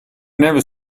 never